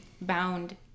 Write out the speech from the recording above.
bound